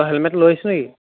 তই হেলমেটটো লৈ আহিছ নে কি